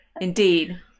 Indeed